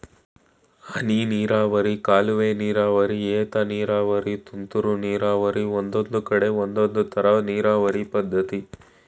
ಹನಿನೀರಾವರಿ ಕಾಲುವೆನೀರಾವರಿ ಏತನೀರಾವರಿ ತುಂತುರು ನೀರಾವರಿ ಒಂದೊಂದ್ಕಡೆ ಒಂದೊಂದ್ತರ ನೀರಾವರಿ ಪದ್ಧತಿ